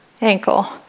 ankle